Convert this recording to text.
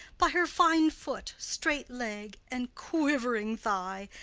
by her fine foot, straight leg, and quivering thigh,